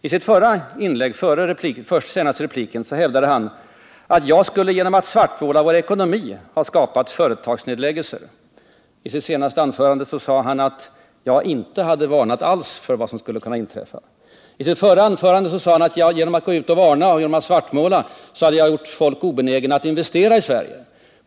I inlägget före den senaste repliken hävdade han att jag genom att svartmåla vår ekonomi skulle ha förorsakat företagsnedläggelser. I sitt senaste anförande sade han att jag inte alls hade varnat för vad som skulle inträffa. I sitt förra anförande sade han att jag genom att gå ut och varna och genom att svartmåla hade gjort folk obenägna att investera i Sverige.